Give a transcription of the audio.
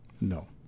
No